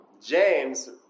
James